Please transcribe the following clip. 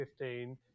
2015